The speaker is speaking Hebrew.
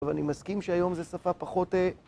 אני מסכים שהיום זו שפה פחות...